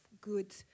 good